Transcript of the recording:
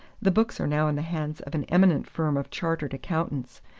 the books are now in the hands of an eminent firm of chartered accountants,